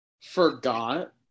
forgot